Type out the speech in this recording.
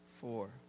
four